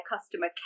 customer